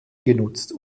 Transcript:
genutzt